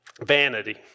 Vanity